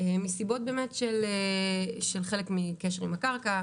מסיבות באמת של חלק מקשר עם הקרקע,